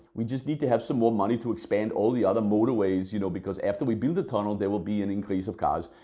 we just need to have some more money to expand all the other motorways. you know, because after we build the tunnel there will be an increase of cars